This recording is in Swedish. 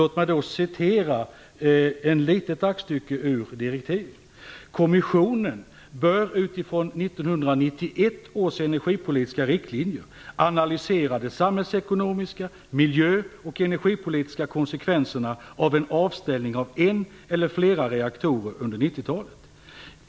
Låt mig läsa upp ett litet aktstycke ur direktiven: Kommissionen bör utifrån 1991 års energipolitiska riktlinjer analysera de samhällsekonomiska, miljöoch energipolitiska konsekvenserna av en avställning av en eller flera reaktorer under 90-talet.